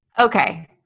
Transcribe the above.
Okay